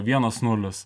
vienas nulis